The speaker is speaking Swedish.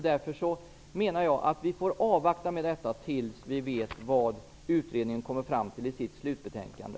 Därför får vi avvakta tills vi vet vad utredningen kommer fram till i sitt slutbetänkande.